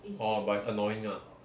orh but it's annoying lah